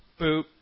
boop